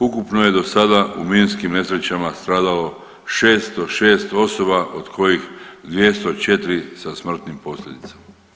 Ukupno je do sada u minskim nesrećama stradalo 606 osoba od kojih 204 sa smrtnim posljedicama.